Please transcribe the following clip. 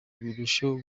birusheho